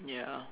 ya